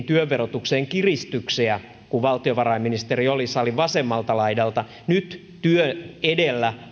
työn verotukseen tehtiin kiristyksiä kun valtiovarainministeri oli salin vasemmalta laidalta nyt työ edellä